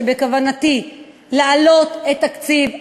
שבכוונתי להעלות את תקציב התרבות.